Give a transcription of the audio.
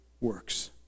works